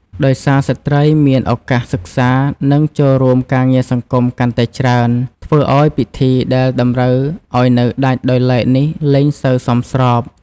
ដោយសារ ស្ត្រីមានឱកាសសិក្សា និងចូលរួមការងារសង្គមកាន់តែច្រើន ធ្វើឱ្យពិធីដែលតម្រូវឱ្យនៅដាច់ដោយឡែកនេះលែងសូវសមស្រប។